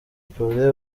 paulin